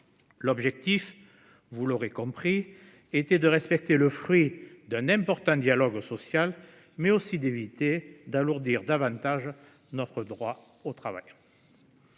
L’objectif, vous l’aurez compris, était non seulement de respecter le fruit d’un important dialogue social, mais aussi d’éviter d’alourdir davantage notre droit du travail.